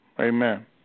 Amen